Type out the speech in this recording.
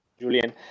Julian